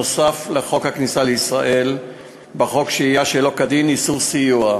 נוסף על חוק הכניסה לישראל בחוק שהייה שלא כדין (איסור סיוע)